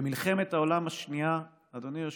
במלחמת העולם השנייה, אדוני היושב-ראש,